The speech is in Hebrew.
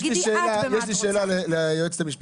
יש לי שאלה ליועצת המשפטית,